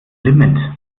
limit